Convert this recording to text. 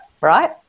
right